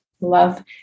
love